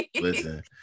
Listen